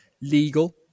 Legal